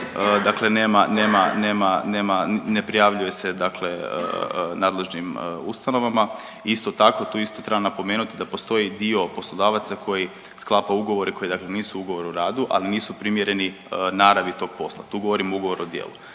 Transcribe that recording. nema, ne prijavljuje se dakle nadležnim ustanovama. Isto tako tu isto trebam napomenuti da postoji dio poslodavaca koji sklapa ugovore koji dakle nisu ugovori o radu, ali nisu primjereni naravi tog posla, tu govorimo o ugovoru o djelu.